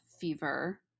fever